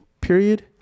period